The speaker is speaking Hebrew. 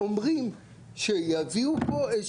אוקיי,